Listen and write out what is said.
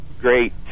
great